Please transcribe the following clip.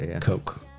coke